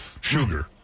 sugar